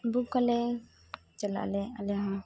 book ᱟᱞᱮ ᱪᱟᱞᱟᱜ ᱟᱞᱮ ᱟᱞᱮ ᱦᱚᱸ